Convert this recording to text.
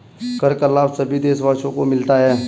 कर का लाभ सभी देशवासियों को मिलता है